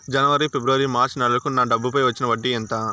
జనవరి, ఫిబ్రవరి, మార్చ్ నెలలకు నా డబ్బుపై వచ్చిన వడ్డీ ఎంత